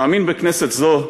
אני מאמין בכנסת זאת,